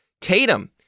Tatum